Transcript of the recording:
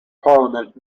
parliament